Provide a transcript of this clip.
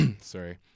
sorry